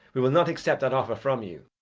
we will not accept that offer from you,